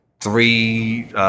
three